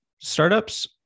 Startups